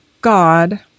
God